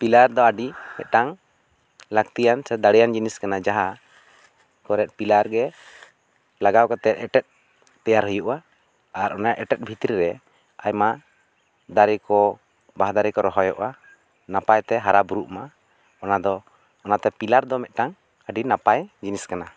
pillar ᱫᱚ ᱟᱹᱰᱤ ᱢᱤᱫᱴᱟᱝ ᱞᱟᱹᱠᱛᱤᱭᱟᱱ ᱥᱮ ᱫᱟᱲᱮᱭᱟᱱ ᱡᱤᱱᱤᱥ ᱠᱟᱱᱟ ᱡᱟᱦᱟᱸ ᱠᱚᱨᱮ ᱫᱚ ᱯᱤᱞᱟᱨ ᱜᱮ ᱞᱟᱜᱟᱣ ᱠᱟᱛᱮᱫ ᱮᱴᱮᱫ ᱛᱮᱭᱟᱨ ᱦᱩᱭᱩᱜᱼᱟ ᱟᱨ ᱚᱱᱟ ᱮᱴᱮᱫ ᱵᱷᱤᱛᱨᱤ ᱨᱮ ᱟᱭᱢᱟ ᱫᱟᱨᱮ ᱠᱚ ᱵᱟᱦᱟ ᱫᱟᱨᱮ ᱠᱚ ᱨᱚᱦᱚᱭᱚᱜᱼᱟ ᱱᱟᱯᱟᱭ ᱛᱮ ᱦᱟᱨᱟ ᱵᱩᱨᱩᱜᱼᱢᱟ ᱚᱱᱟᱫᱚ ᱚᱱᱟᱛᱮ ᱯᱤᱞᱟᱨ ᱫᱚ ᱢᱤᱫᱴᱟᱝ ᱟᱹᱰᱤ ᱱᱟᱯᱟᱭ ᱡᱤᱱᱤᱥ ᱠᱟᱱᱟ